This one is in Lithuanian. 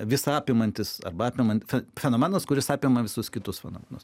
visa apimantis arba apimantis fenomenas kuris apima visus kitus fenomenus